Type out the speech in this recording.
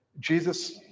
Jesus